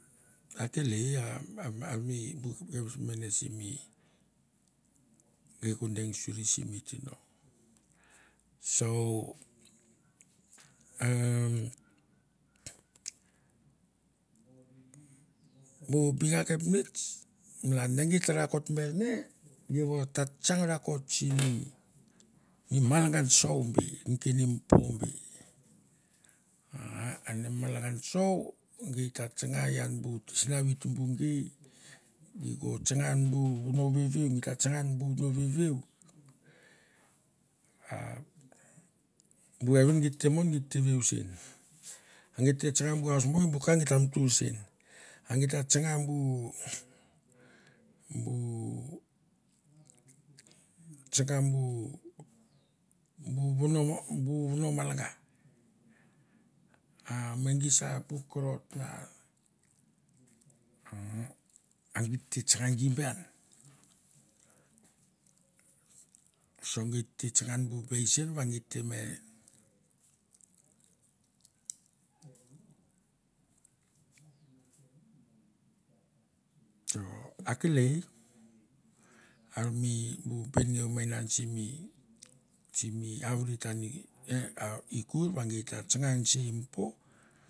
Akelei a a mi bu mene simi gei ko deng suri simi tino. So umm bu binga kapnets malan ne git ta rakot ven ne iau ot ta tsang rakot simi malangan show be neken i impo be aa ane mi malangan show gei ta tsanga ian bu sinavi tumbu gei, gei ko tsanga ian bu vono veveu git ta tsanga ian bu vono veveu, a bu vevin git te mon git te veu sen. A geit te tsanga bu hausboi bu ka git ta mutur sen. A git te tsanga bu bu tsanga bu bu vono bu vono malaga. A me gi sa puk korot va, a git te tsanga gi be an. So git te tsanga ian bu baisen va git te me so akelei ar mi bu benengeu mene simi simi avret an i kur va gei ta tsanga nesei.